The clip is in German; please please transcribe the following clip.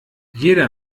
jeder